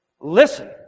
Listen